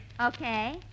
Okay